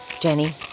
Jenny